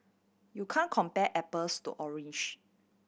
you can compare apples to orange